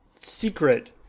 secret